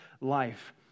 life